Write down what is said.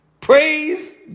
Praise